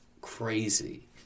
crazy